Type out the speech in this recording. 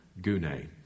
gune